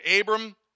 Abram